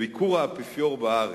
ביקור האפיפיור בארץ,